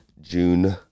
june